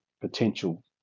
potential